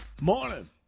Morning